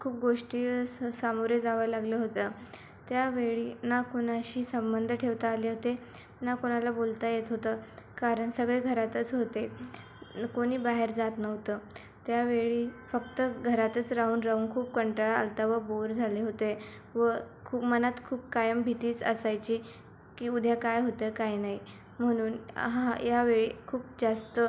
खूप गोष्टी स सामोरे जावं लागलं होत्या त्यावेळी ना कोणाशी संबंध ठेवता आले होते ना कोणाला बोलता येत होतं कारण सगळे घरातच होते न कोणी बाहेर जात नव्हतं त्यावेळी फक्त घरातच राहून राहून खूप कंटाळा आला होता व बोअर झाले होते व खू मनात खूप कायम भीतीच असायची की उद्या काय होतं आहे काय नाही म्हणून हा यावेळी खूप जास्त